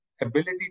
ability